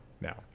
now